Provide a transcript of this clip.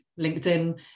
LinkedIn